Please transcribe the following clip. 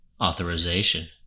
Authorization